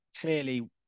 clearly